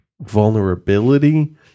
vulnerability